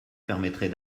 permettrait